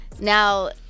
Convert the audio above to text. Now